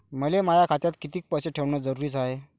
मले माया खात्यात कितीक पैसे ठेवण जरुरीच हाय?